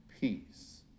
peace